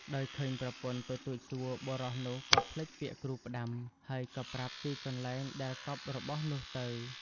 ដោយឃើញប្រពន្ធទទូចសួរ បុរសនោះក៏ភ្លេចពាក្យគ្រូផ្ដាំ ហើយក៏ប្រាប់ទីកន្លែងដែលកប់របស់នោះទៅ។